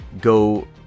go